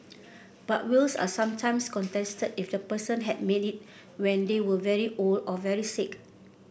but wills are sometimes contested if the person had made it when they were very old or very sick